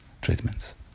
treatments